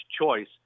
choice